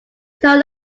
turn